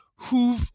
Who've